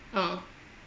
orh